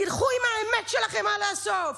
תלכו עם האמת שלכם עד הסוף.